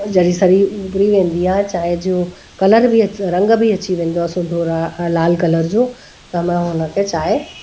जॾहिं सॼी उबरी वेंदी आहे चांहि जो कलर बि रंग बि अची वेंदो आहे सुंदूरा लाल कलर जो त मां हुनखे चांहि